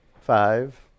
five